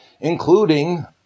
including